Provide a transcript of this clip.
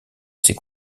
ses